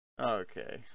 Okay